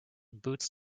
boots